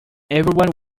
everyone